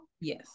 yes